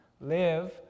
Live